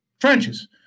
Trenches